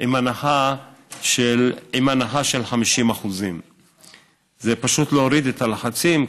בהנחה של 50%. זה פשוט כדי להוריד את הלחצים,